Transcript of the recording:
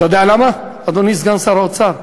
אתה יודע למה, אדוני סגן שר האוצר?